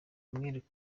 mwereke